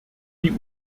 die